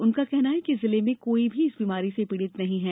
उनका कहना है कि जिले में कोई भी इस बीमारी से पीड़ित नहीं है